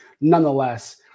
Nonetheless